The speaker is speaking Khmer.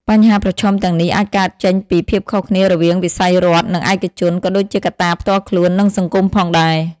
បញ្ហាប្រឈមទាំងនេះអាចកើតចេញពីភាពខុសគ្នារវាងវិស័យរដ្ឋ និងឯកជន ក៏ដូចជាកត្តាផ្ទាល់ខ្លួន និងសង្គមផងដែរ។